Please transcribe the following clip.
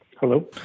Hello